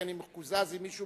כי אני מקוזז עם מישהו